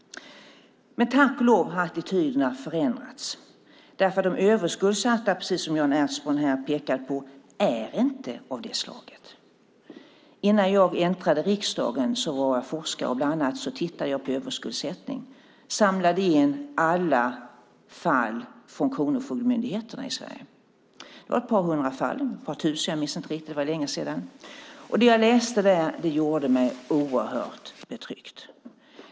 Tack och lov har attityderna förändrats. Som Jan Ertsborn påpekar är inte de överskuldsatta av det slaget. Innan jag kom in i riksdagen var jag forskare och tittade bland annat på överskuldsättning. Jag samlade in alla fall från Kronofogdemyndigheten i Sverige. Det var ett par hundra, kanske ett par tusen, fall - det är länge sedan så jag minns inte riktigt. Det jag läste där gjorde mig oerhört betryckt.